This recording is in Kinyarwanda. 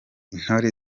intore